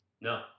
no